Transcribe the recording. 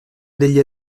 degli